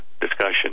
discussion